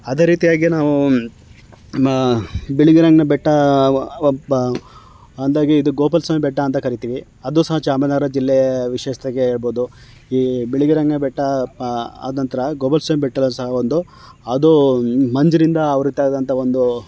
ಅದೇ ರೀತಿಯಾಗಿ ನಾವು ಮ ಬಿಳಿಗಿರಿ ರಂಗನ ಬೆಟ್ಟ ಒಬ್ಬ ಅಂದಾಗೆ ಇದು ಗೋಪಾಲ ಸ್ವಾಮಿ ಬೆಟ್ಟ ಅಂತ ಕರಿತೀವಿ ಅದು ಸಹ ಚಾಮರಾಜನಗರ ಜಿಲ್ಲೆಯ ವಿಶೇಷತೆಗೆ ಹೇಳ್ಬೋದು ಈ ಬಿಳಿಗಿರಿ ರಂಗನ ಬೆಟ್ಟ ಆದ ನಂತರ ಗೋಪಾಲ ಸ್ವಾಮಿ ಬೆಟ್ಟದಲ್ಲಿ ಸಹ ಒಂದು ಅದು ಮಂಜಿನಿಂದ ಆವೃತ್ತ ಆದಂಥ ಒಂದು